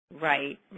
Right